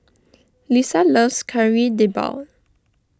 Lissa loves Kari Debal